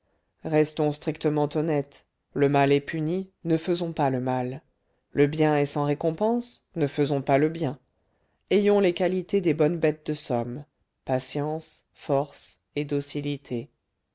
restons strictement honnêtes le mal est puni ne faisons pas le mal le bien est sans récompense ne faisons pas le bien ayons les qualités des bonnes bêtes de somme patience force et docilité